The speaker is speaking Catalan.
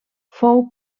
fou